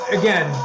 again